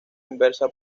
inversa